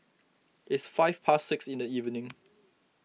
its five past six in the evening